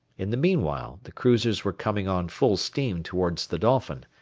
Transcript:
in the meanwhile the cruisers were coming on full steam towards the dolphin,